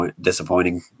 disappointing